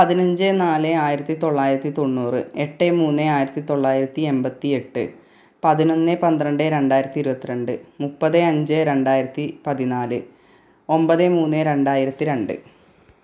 പതിനഞ്ചെ് നാല് ആയിരത്തി തൊള്ളായിരത്തി തൊണ്ണൂറ് എട്ട് മൂന്ന് ആയിരത്തി തൊള്ളായിരത്തി എൺപത്തിയെട്ട് പതിനൊന്ന് പന്ത്രണ്ട് രണ്ടായിരത്തി ഇരുപത്തി രണ്ട് മുപ്പത് അഞ്ച് രണ്ടായിരത്തി പതിനാല് ഒമ്പത് മൂന്ന് രണ്ടായിരത്തി രണ്ട്